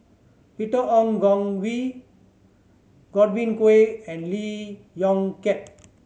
Peter Ong Goon Kwee Godwin Koay and Lee Yong Kiat